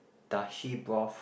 dashi broth